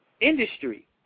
industry